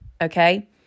Okay